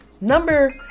number